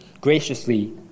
graciously